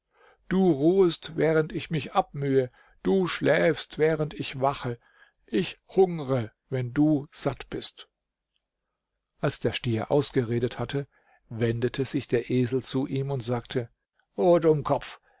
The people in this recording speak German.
du ruhest während ich mich abmühe du schläfst während ich wache ich hungre wenn du satt bist als der stier ausgeredet hatte wendete sich der esel zu ihm und sagte o dummkopf